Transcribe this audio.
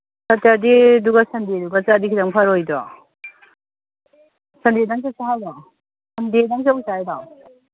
ꯁꯦꯇꯔꯗꯨꯒ ꯁꯟꯗꯦꯗꯨꯒ ꯆꯠꯂꯗꯤ ꯈꯤꯇꯪ ꯐꯔꯣꯏꯗ꯭ꯔꯣ ꯁꯟꯗꯦꯗꯪ ꯆꯠꯁꯦ ꯍꯥꯏꯔꯣ ꯁꯟꯗꯦꯗꯪ ꯆꯠꯂꯨꯁꯦ ꯍꯥꯏꯔꯣ